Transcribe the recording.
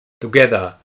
together